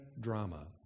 drama